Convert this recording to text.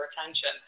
attention